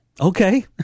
Okay